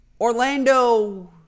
Orlando